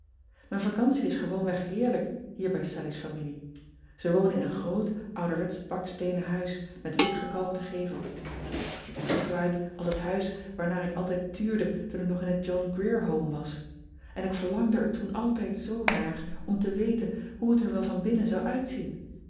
ijn vacantie is gewoonweg heerlijk hier bij allies familie e wonen in een groot ouderwetsch baksteenen ean ebster adertje angbeen huis met wat gekalkten gevel et ziet er net zoo uit als het huis waarnaar ik altijd tuurde toen ik nog in het ohn rier ome was en ik verlangde er toen altijd zoo naar om te weten hoe het er wel van binnen zou uitzien